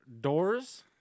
doors